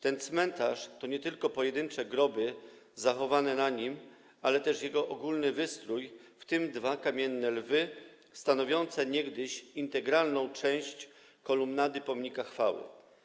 Ten cmentarz to nie tylko pojedyncze groby zachowane na nim, ale też jego ogólny wystrój, w tym dwa kamienne lwy stanowiące niegdyś integralną część kolumnady Pomnika Chwały.